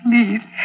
Please